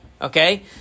Okay